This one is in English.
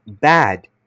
bad